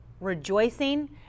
rejoicing